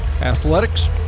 Athletics